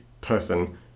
person